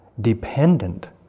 dependent